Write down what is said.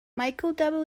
michael